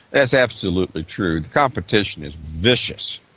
that's absolutely true. the competition is vicious.